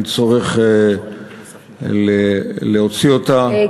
אין צורך להוציא אותה אלא לקיים אותה.